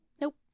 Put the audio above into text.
Nope